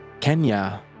Kenya